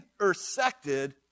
intersected